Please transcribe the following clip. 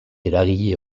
eragile